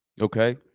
Okay